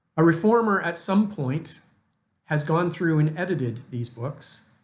a reformer at some point has gone through and edited these books,